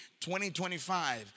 2025